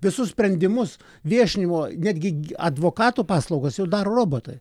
visus sprendimus viešinimo netgi gi advokatų paslaugos jau daro robotai